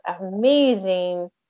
amazing